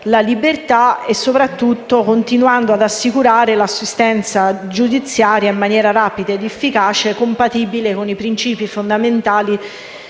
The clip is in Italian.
la libertà e soprattutto continuando ad assicurare l'assistenza giudiziaria in maniera rapida ed efficace, compatibile con i principi fondamentali